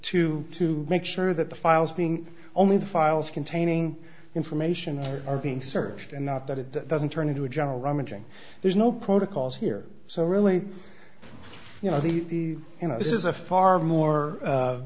to to make sure that the files being only the files containing information are being searched and not that it doesn't turn into a general rummaging there's no protocols here so really you know these you know this is a far more